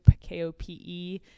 K-O-P-E